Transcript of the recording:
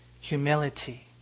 humility